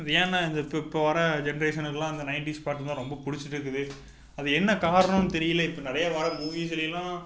அது ஏனால் இந்த இப் இப்போ வர ஜென்ரேஷனுக்கெல்லாம் அந்த நயன்டிஸ் பாட்டு தான் ரொம்ப பிடிச்சிட்டு இருக்குது அது என்ன காரணம் தெரியலை இப்போது நிறைய வர மூவிஸ்லெல்லாம்